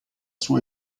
sua